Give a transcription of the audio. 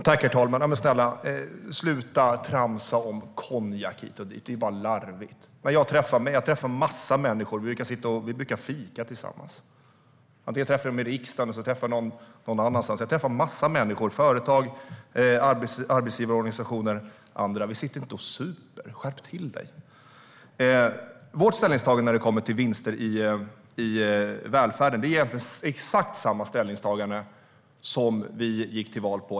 Herr talman! Men snälla Ulla Andersson, sluta tramsa om konjak hit och dit! Det är bara larvigt. Jag träffar en massa människor. Vi brukar fika tillsammans. Antingen träffar jag dem i riksdagen eller så träffar jag dem någon annanstans. Jag träffar en massa människor från företag och arbetsgivarorganisationer. Vi sitter inte och super. Skärp till dig! Vårt ställningstagande i fråga om vinster i välfärden är egentligen exakt samma ställningstagande som vi gick till val på.